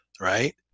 right